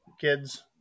kids